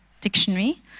Dictionary